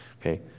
Okay